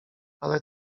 ale